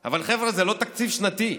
אבל חבר'ה, זה לא תקציב שנתי,